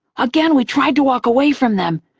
again we tried to walk away from them,